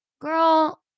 girl